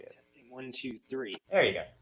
testing one, two, three there you go!